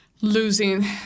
losing